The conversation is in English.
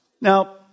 Now